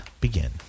begin